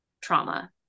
trauma